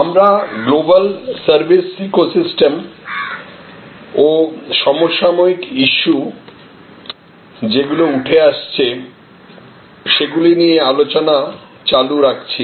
আমরা global service ecosystem ও সমসাময়িক ইস্যু যেগুলো উঠে আসছে সেগুলি নিয়ে আলোচনা চালু রাখছি